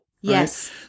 Yes